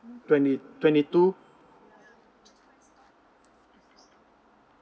twenty twenty two